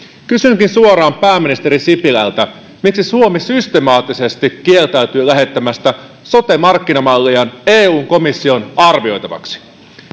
kysynkin suoraan pääministeri sipilältä miksi suomi systemaattisesti kieltäytyy lähettämästä sote markkinamalliaan eun komission arvioitavaksi